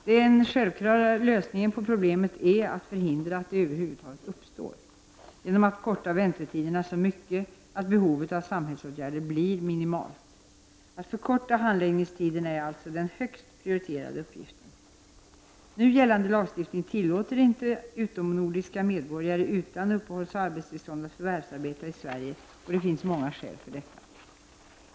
Den självklara lösningen på problemet är att förhindra att detta över huvud taget uppstår, genom att korta väntetiderna så mycket att behovet av samhällsåtgärder blir minimalt. Att förkorta handläggningstiderna är alltså den högst prioriterade uppgiften. Nu gällande lagstiftning tillåter inte utomnordiska medborgare utan uppehålls och arbetstillstånd att förvärvsarbeta i Sverige. Det finns många skäl för detta.